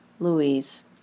Louise